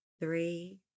three